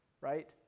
right